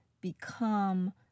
become